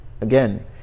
Again